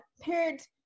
parents